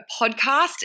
Podcast